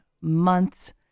months